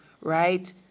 right